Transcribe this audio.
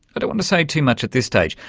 i don't want to say too much at this stage,